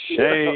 Shame